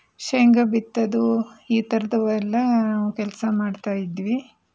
ಶೇಂಗಾ ಬಿತ್ತೋದು ಈ ಥರದವೆಲ್ಲ ಕೆಲಸ ಮಾಡ್ತಾ ಇದ್ವಿ